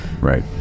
right